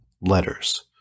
letters